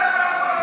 אתה בעד חוק הלאום,